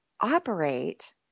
operate